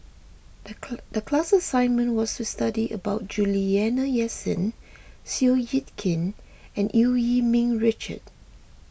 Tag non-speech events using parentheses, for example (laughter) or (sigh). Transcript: the (unintelligible) class assignment was to study about Juliana Yasin Seow Yit Kin and Eu Yee Ming Richard